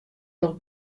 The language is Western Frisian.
docht